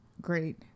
great